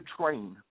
train